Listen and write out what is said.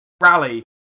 rally